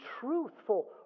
truthful